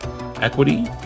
equity